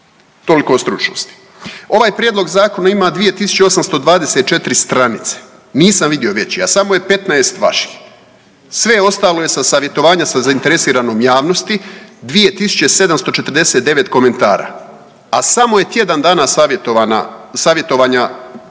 Toliko o stručnosti. Ovaj prijedlog zakona ima 2824 stranice, nisam vidio veći, a samo je 15 vaših, sve ostalo je sa savjetovanja sa zainteresiranom javnosti, 2749 komentara, a samo je tjedan dana savjetovanja